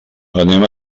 anem